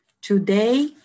Today